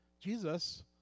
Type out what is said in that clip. Jesus